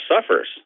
suffers